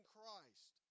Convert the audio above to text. Christ